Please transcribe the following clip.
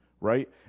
right